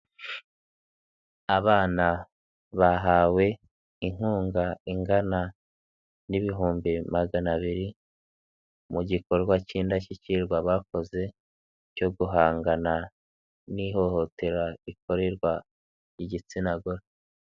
Abana bahawe inkunga ingana n'ibihumbi magana abiri mu gikorwa k'indashyikirwa bakoze cyo guhangana n'ihohotera rikorerwa igitsina gore.